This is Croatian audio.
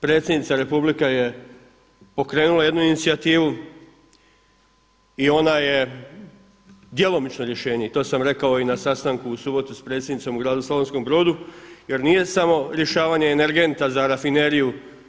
Predsjednica Republike je pokrenula jednu inicijativu i ona je djelomično rješenje i to sam rekao i na sastanku u subotu s predsjednicom u gradu Slavonskom Brodu jer nije samo rješavanje energenta za rafineriju.